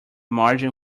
margin